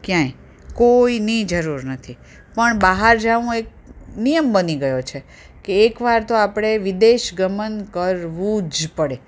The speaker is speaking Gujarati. ક્યાંય કોઇની જરૂર નથી પણ બહાર જવું એક નિયમ બની ગયો છે કે એકવાર તો આપણે વિદેશ ગમન કરવું જ પડે